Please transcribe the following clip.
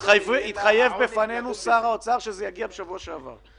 התחייב בפנינו שר האוצר שזה יגיע בשבוע שעבר.